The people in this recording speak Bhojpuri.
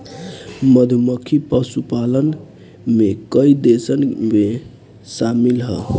मधुमक्खी पशुपालन में कई देशन में शामिल ह